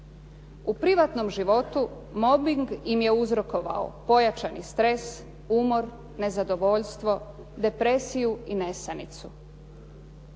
U privatnom životu mobbing im je uzrokovao pojačani stres, umor, nezadovoljstvo, depresiju i nesanicu.